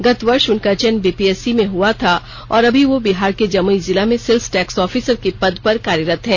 गत वर्ष उनका चयन बीपीएससी में हुआ था और अभी वो बिहार के जमुई जिला में सेल्स टैक्स ऑफिसर के पद पर कार्यरत हैं